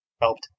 helped